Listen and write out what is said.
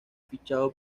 fichado